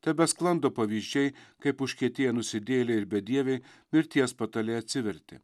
tebesklando pavyzdžiai kaip užkietėję nusidėjėliai ir bedieviai mirties patale atsivertė